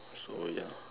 so ya